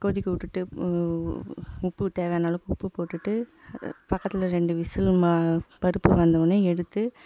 கொதிக்க விட்டுட்டு உப்பு தேவையான அளவுக்கு உப்பு போட்டுவிட்டு பக்கத்தில் ரெண்டு விசிலு பருப்பு வெந்தவுடனே எடுத்து